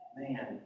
man